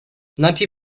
ninety